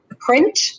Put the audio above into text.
print